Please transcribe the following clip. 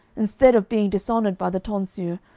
instead of being dishonoured by the tonsure,